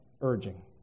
urging